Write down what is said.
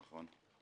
וליד: נכון.